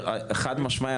חד משמעית,